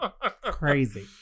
Crazy